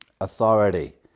authority